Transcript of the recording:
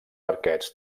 arquets